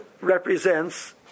represents